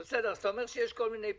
בסדר, אתה אומר שיש כל מיני פרטים.